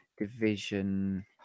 Division